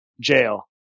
jail